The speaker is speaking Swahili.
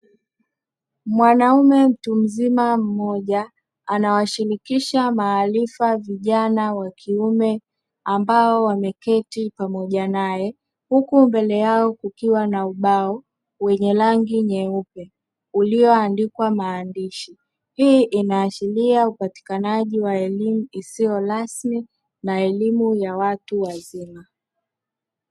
Mwanaume mtu mzima mmoja anawashirikisha maarifa vijana wa kiume ambao wameketi pamoja naye, huku mbele yao kukiwa na ubao wenye rangi nyeupe ulioandikwa maandishi, hii inaashiria upatikanaji wa elimu isiyo rasmi na elimu ya watu wazima.